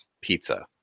pizza